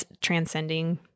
transcending